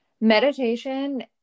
meditation